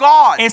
God